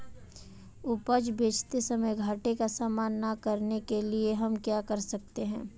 उपज बेचते समय घाटे का सामना न करने के लिए हम क्या कर सकते हैं?